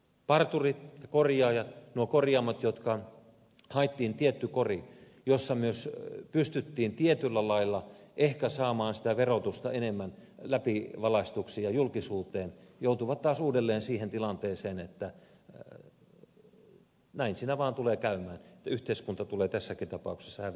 parturit korjaajat nuo korjaamot kun haettiin tietty kori jossa myös pystyttiin tietyllä lailla ehkä saamaan sitä verotusta enemmän läpivalaistuksi ja julkisuuteen joutuvat taas uudelleen siihen vanhaan tilanteeseen ja näin siinä vaan tulee käymään että yhteiskunta tulee tässäkin tapauksessa häviämään